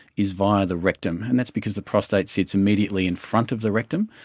is via the rectum, and that's because the prostate sits immediately in front of the rectum,